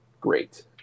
great